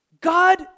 God